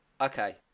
Okay